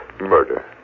Murder